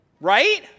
Right